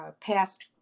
past